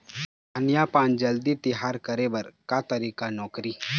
धनिया पान जल्दी तियार करे बर का तरीका नोकरी?